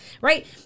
right